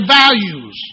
values